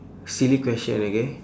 silly question okay